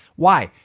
why?